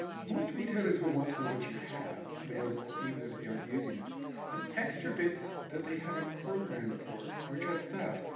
most retailers will want to know what you have available even if they aren't using it and extra bits that they haven't programmed for are just that,